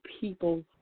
people